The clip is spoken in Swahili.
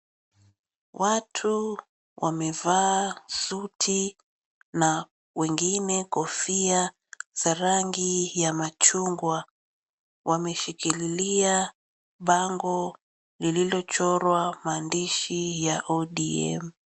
Watu wamevaa suti na wengine kofia za rangi ya machungwa. Wameshikililia bango lililochorwa maandishi ya ODM.